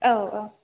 औ औ